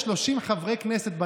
כפתור